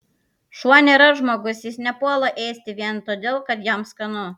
šuo nėra žmogus jis nepuola ėsti vien todėl kad jam skanu